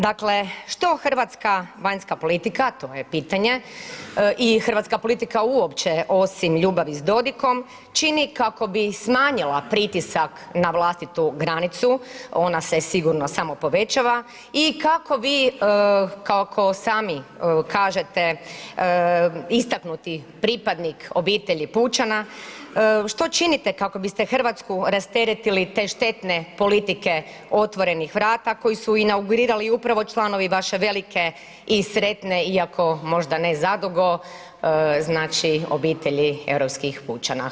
Dakle, što Hrvatska vanjska politika, to je pitanje i hrvatska politika uopće osim ljubavi s Dodikom čini kako bi smanjila pritisak na vlastitu granicu ona se sigurno samo povećava i kako vi kao sami kažete istaknuti pripadnik obitelji pučana, što činite kako biste Hrvatsku rasteretili te štetne politike otvorenih vrata koji su inaugurirali upravo članovi vaše velike i sretne iako možda ne zadugo znači obitelji europskih pučana?